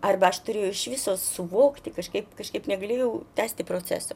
arba aš turėjau iš viso suvokti kažkaip kažkaip negalėjau tęsti proceso